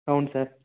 అవును సార్